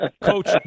Coach